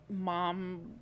mom